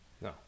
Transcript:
No